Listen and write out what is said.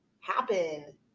happen